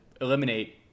eliminate